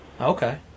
Okay